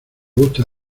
gusta